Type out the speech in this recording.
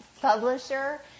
publisher